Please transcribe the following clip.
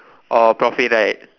or profit right